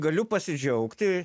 galiu pasidžiaugti